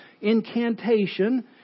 incantation